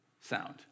sound